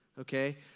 okay